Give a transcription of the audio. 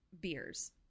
beers